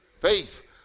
Faith